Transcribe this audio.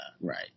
right